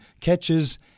catches